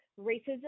racism